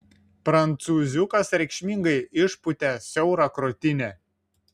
prancūziukas reikšmingai išpūtė siaurą krūtinę